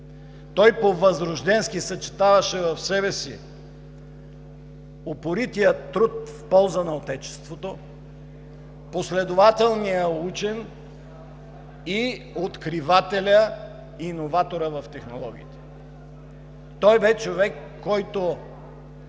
Той по възрожденски съчетаваше в себе си упорития труд в полза на отечеството, последователния учен и откривателя, иноватора в технологиите. Той бе човек, който